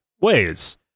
ways